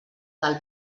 del